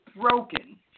broken